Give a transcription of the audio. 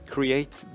Create